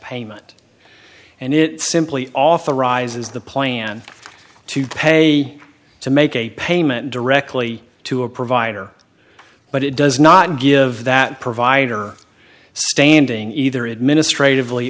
payment and it simply authorizes the plan to pay to make a payment directly to a provider but it does not give that provider standing either administrative